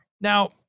Now